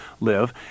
live